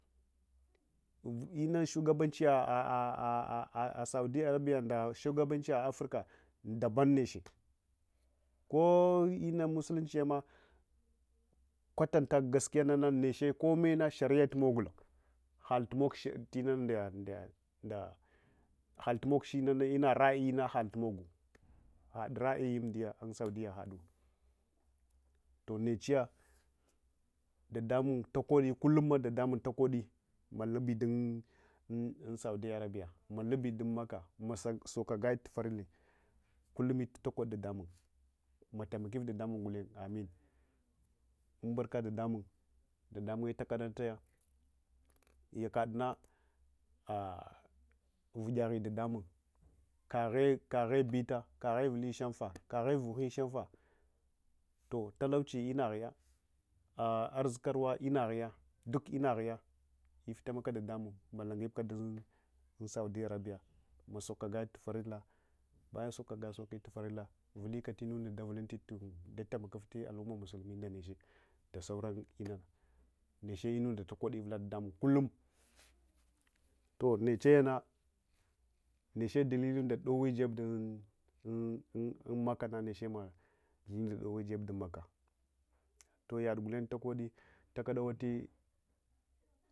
Ina unshuga banchiya ah’ah saudiyah arabiya nda shugabanchiya africa daban neche ko innaun musulunchiyema kwatanta gaskiya nana neche komme nah sharia tumogula halmog tnunda tinana ina ra’ayina haltumogu had ra’ayi umdiya un saudiya hadu nechiya ɗaɗamung takodi kullu imam ɗaɗamung takodi lubidun saudiya arabiyah malubi dun makkah masa sokakai tufarale kullumui tutakod ɗaɗamung malai makra ɗaɗamung guleng amin umbarka ɗaɗamung ɗaɗamung takadana taya yakadna ah’ vugyaghe dadamung kaghe kaghe bita kaghe vuli shamva kaghe vughe shamfa toh tohtalauchi inaghuya arzukarwa ln aghuya duk ina ghuya lftaimaka dadamung malungibka dun saudiya arabiya masokagqitu farillah bayan saukakai sauki farillah vulika tunda dauluinti tund dataimakifte al'ummah musulmi ndeche dasauran lnana neche lnunda takodi uvula dadamung kullum toh’ nechayana neche dililu nda dowi jeb dunun un makkana neche matsunye ndznda jeb dun makkah toh yad guleng takodi takad awari